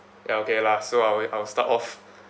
ya okay lah so I will I will start off